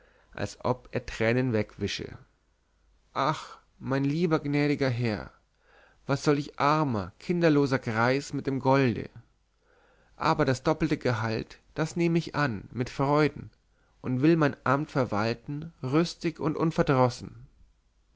als ob er tränen wegwische ach mein lieber gnädiger herr was soll ich armer kinderloser greis mit dem golde aber das doppelte gehalt das nehme ich an mit freuden und will mein amt verwalten rüstig und unverdrossen